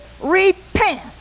repent